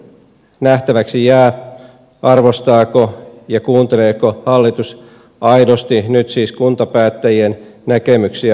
nähtäväksi jää arvostaako ja kuunteleeko hallitus aidosti nyt siis kuntapäättäjien näkemyksiä asiasta